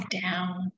down